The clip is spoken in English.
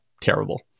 terrible